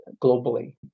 globally